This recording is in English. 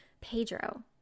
Pedro